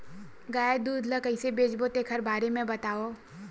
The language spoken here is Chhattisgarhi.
गाय दूध ल कइसे बेचबो तेखर बारे में बताओ?